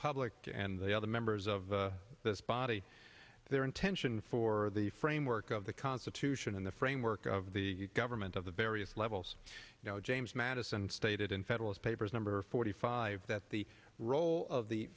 public to and the other members of this body their intention for the framework of the constitution and the framework of the government of the various levels now james madison stated in federalist papers number forty five that the role of the